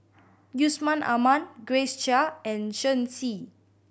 Yusman Aman Grace Chia and Shen Xi